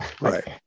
Right